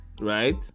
right